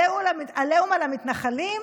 עליהום על המתנחלים?